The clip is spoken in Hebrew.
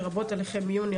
לרבות הליכי מיון,